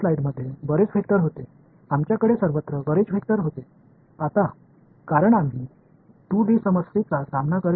எனவே இந்த ஸ்லைடில் நம்மிடம் நிறைய வெக்டர்கள் இருந்தன என்பதை உறுதி செய்வோம் அவை எல்லா இடங்களிலும் பரவி இருந்தன